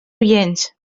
oients